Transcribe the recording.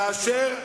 כאשר,